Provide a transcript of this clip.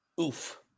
oof